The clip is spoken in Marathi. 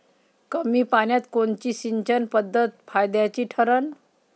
कमी पान्यात कोनची सिंचन पद्धत फायद्याची ठरन?